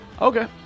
Okay